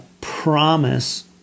promise